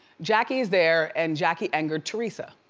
jackie is there and jackie angered teresa.